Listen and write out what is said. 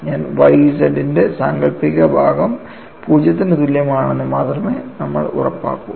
എന്നാൽ Y z ന്റെ സാങ്കൽപ്പിക ഭാഗം 0 ന് തുല്യമാണെന്ന് മാത്രമേ നമ്മൾ ഉറപ്പാക്കൂ